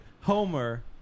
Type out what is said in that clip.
Homer